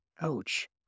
Ouch